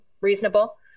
reasonable